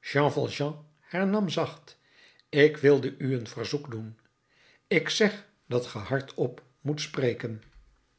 jean valjean hernam zacht ik wilde u een verzoek doen ik zeg dat ge hardop moet spreken